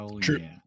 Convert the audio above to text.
True